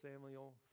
Samuel